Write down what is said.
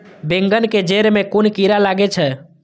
बेंगन के जेड़ में कुन कीरा लागे छै?